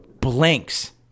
blinks